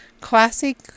Classic